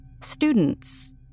students